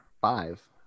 five